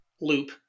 loop